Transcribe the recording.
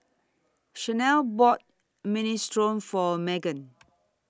Shanelle bought Minestrone For Meggan